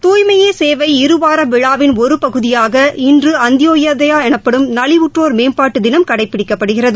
தூய்மையே சேவை இருவார விழாவின் ஒரு பகுதியாக இன்று அந்தியோதயா எனப்படும் நலிவுற்றோார் மேம்பாட்டு தினம் கடைபிடிக்கப்படுகிறது